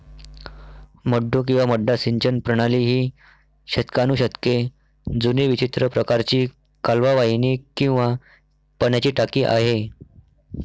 मड्डू किंवा मड्डा सिंचन प्रणाली ही शतकानुशतके जुनी विचित्र प्रकारची कालवा वाहिनी किंवा पाण्याची टाकी आहे